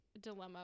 dilemma